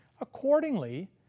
Accordingly